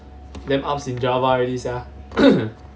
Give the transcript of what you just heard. damn upz in java already sia